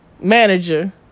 manager